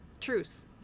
Truce